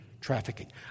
trafficking